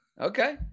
Okay